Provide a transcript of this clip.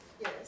Yes